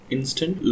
Instant